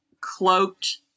cloaked